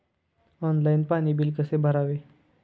Online पाणी bill कसे भरावे?